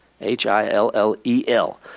H-I-L-L-E-L